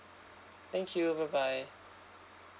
thank you bye bye